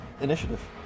Initiative